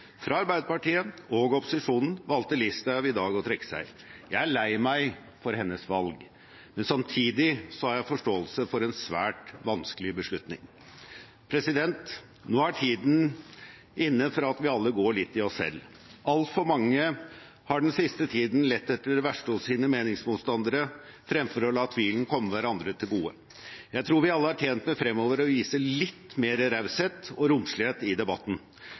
fra Arbeiderpartiet og opposisjonen valgte Listhaug i dag å trekke seg. Jeg er lei meg for hennes valg, men samtidig har jeg forståelse for en svært vanskelig beslutning. Nå er tiden inne for at vi alle går litt i oss selv. Altfor mange har den siste tiden lett etter det verste hos sine meningsmotstandere fremfor å la tvilen komme hverandre til gode. Jeg tror vi alle er tjent med fremover å vise litt mer raushet og romslighet i debatten.